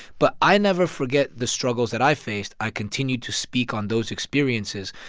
but i never forget the struggles that i faced. i continue to speak on those experiences.